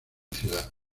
ciudad